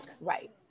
Right